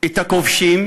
את הכובשים,